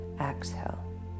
exhale